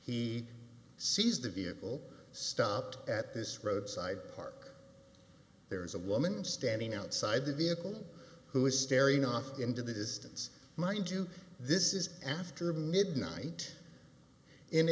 he sees the vehicle stopped at this roadside park there's a woman standing outside the vehicle who is staring off into the distance mind you this is after midnight in